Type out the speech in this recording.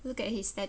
look at his stan~